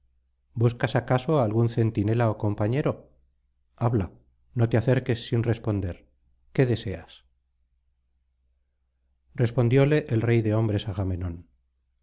buscas acaso á algún centinela ó compañero habla no te acerques sin responder qué deseas respondióle el rey de hombres agamenón